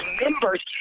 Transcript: members